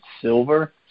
silver